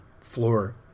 floor